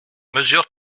mesure